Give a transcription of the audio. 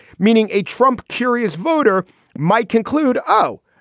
meaning a trump curious voter might conclude, oh,